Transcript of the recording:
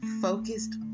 focused